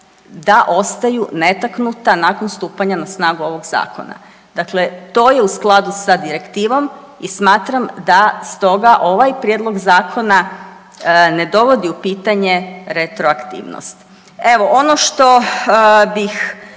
da ostaju netaknuta nakon stupanja na snagu ovog zakona. Dakle, to je u skladu sa direktivom i smatram da stoga ovaj prijedlog zakona ne dovodi u pitanje retroaktivnost. Evo, ono što bih